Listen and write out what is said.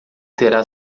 terá